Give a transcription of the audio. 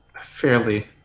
fairly